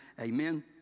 amen